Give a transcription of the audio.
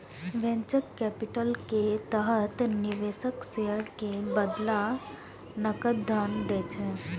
venture capital के तहत निवेशक शेयर के बदला नकद धन दै छै